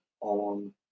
on